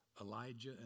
Elijah